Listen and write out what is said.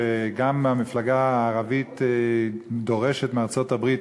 שגם המפלגה הערבית דורשת מארצות-הברית